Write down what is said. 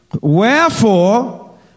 Wherefore